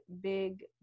big